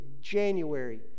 January